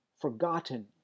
forgotten